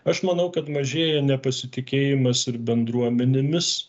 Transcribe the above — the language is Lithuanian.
aš manau kad mažėja nepasitikėjimas ir bendruomenėmis